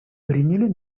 приняли